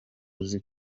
uzi